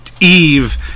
Eve